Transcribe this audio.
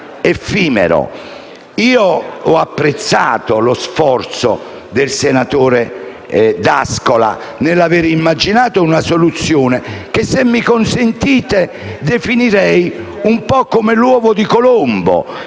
effimero. Ho apprezzato lo sforzo del senatore D'Ascola nell'aver immaginato una soluzione che, se mi consentite, definirei un po' come l'uovo di Colombo: